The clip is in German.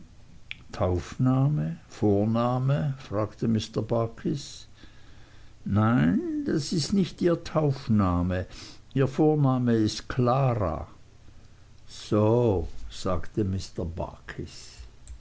taufname vorname fragte mr barkis nein das ist nicht ihr taufname ihr vorname ist klara so sagte mr barkis